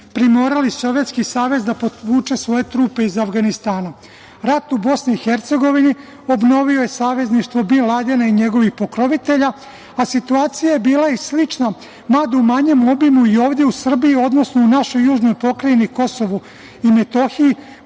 primorali Sovjetski Savez da povuče svoje trupe iz Avganistana. Rat u Bosni i Hercegovini obnovio je savezništvo Bin Ladena i njegovih pokrovitelja, a situacija je bila i slična, mada u manjem obimu, i ovde u Srbiji, odnosno u našoj južnoj pokrajini Kosovu i Metohiji,